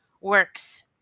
works